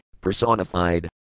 Personified